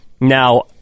Now